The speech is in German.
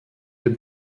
dem